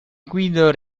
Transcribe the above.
guido